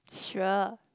sure